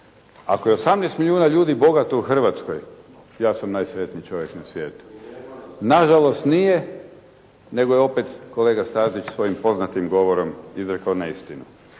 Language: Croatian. Ako je 18 milijuna ljudi bogato u Hrvatskoj, ja sam najsretniji čovjek na svijetu. Nažalost nije, nego je opet kolega Stazić svojim poznatim govorom izrekao neistinu.